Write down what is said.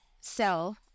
sell